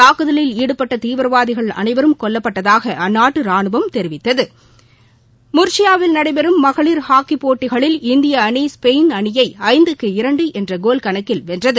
தாக்குதலில் ஈடுப்பட்ட தீவிரவாதிகள் அனைவரும் கொல்லப்பட்டதாக அந்நாட்டு ராணுவம் தெரிவித்தது முர்ஷியாவில் நடைபெறும் மகளிர் ஹாக்கி போட்டிகளில் இந்திய அணி ஸ்பெயின் அணியை ஐந்துக்கு இரண்டு என்ற கோல் கணக்கில் வென்றது